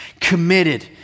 committed